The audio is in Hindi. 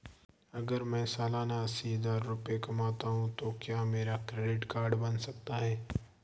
अगर मैं सालाना अस्सी हज़ार रुपये कमाता हूं तो क्या मेरा क्रेडिट कार्ड बन सकता है?